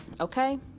Okay